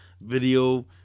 video